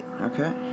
Okay